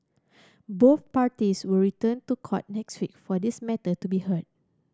both parties will return to court next week for this matter to be heard